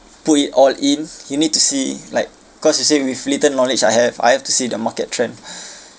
put it all in you need to see like cause you said with little knowledge I have I have to see the market trend